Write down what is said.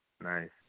Nice